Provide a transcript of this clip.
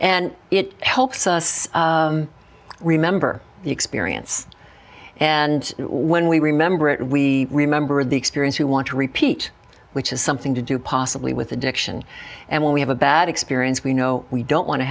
and it helps us remember the experience and when we remember it we remember the experience you want to repeat which has something to do possibly with addiction and when we have a bad experience we know we don't want to